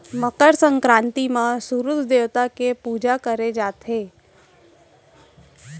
मकर संकरांति म सूरूज देवता के पूजा करे जाथे